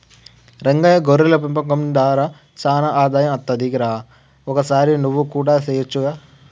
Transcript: రంగయ్య గొర్రెల పెంపకం దార సానా ఆదాయం అస్తది రా ఒకసారి నువ్వు కూడా సెయొచ్చుగా